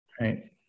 Right